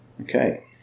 Okay